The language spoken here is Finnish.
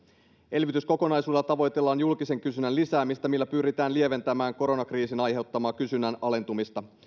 elvytyskokonaisuudella tavoitellaan julkisen kysynnän lisäämistä millä pyritään lieventämään koronakriisin aiheuttamaa kysynnän alentumista